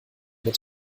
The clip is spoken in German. mit